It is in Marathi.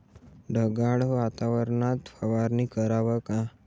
ढगाळ वातावरनात फवारनी कराव का?